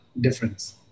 difference